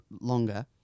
longer